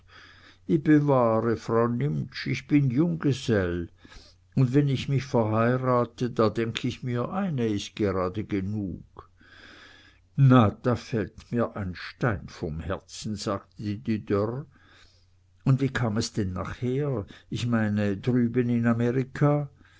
i bewahre frau nimptsch ich bin junggesell und wenn ich mich verheirate da denk ich mir eine ist grade genug na da fällt mir ein stein vom herzen sagte die dörr und wie kam es denn nachher ich meine drüben in amerika